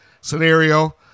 scenario